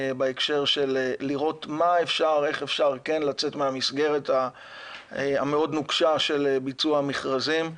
בהקשר של איך אפשר לצאת מהמסגרת הנוקשה מאוד של ביצוע מכרזים,